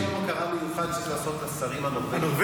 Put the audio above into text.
יש יום הוקרה מיוחד שצריך לעשות לשרים הנורבגים.